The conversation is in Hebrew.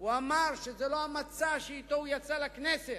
הוא אמר שזה לא המצע שאתו הוא יצא לכנסת,